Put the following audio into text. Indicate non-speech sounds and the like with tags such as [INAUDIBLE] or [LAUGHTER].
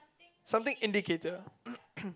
something indicator [COUGHS]